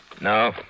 No